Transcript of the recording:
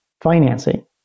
financing